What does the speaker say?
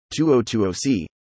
2020C